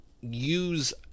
use